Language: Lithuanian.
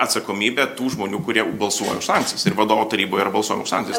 atsakomybė tų žmonių kurie balsuojant šansas ir vadovų taryboje ir balsų ansamblis